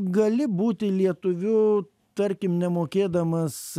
gali būti lietuviu tarkim nemokėdamas